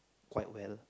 quite well